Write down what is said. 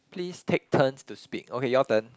please take turns to speak okay your turn